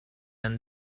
and